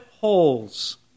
holes